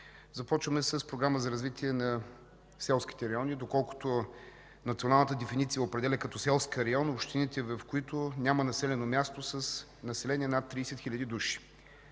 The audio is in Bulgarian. Започваме с Програмата за развитие на селските райони, доколкото националната дефиниция определя като селски район общините, в които няма населено място с население над 30 хиляди души.